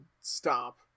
stop